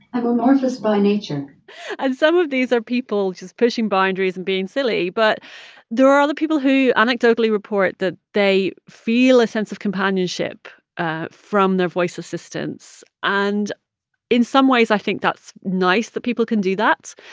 i'm amorphous by nature and some of these are people just pushing boundaries and being silly. but there are other people who anecdotally report that they feel a sense of companionship ah from their voice assistance. and in some ways, i think that's nice that people can do that.